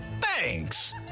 Thanks